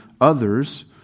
others